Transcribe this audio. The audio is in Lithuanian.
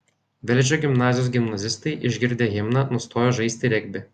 velžio gimnazijos gimnazistai išgirdę himną nustojo žaisti regbį